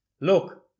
Look